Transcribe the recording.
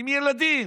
עם ילדים,